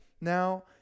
now